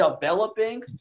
developing